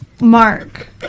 Mark